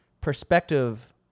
perspective